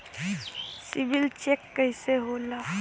CIBIL check कइसे होला?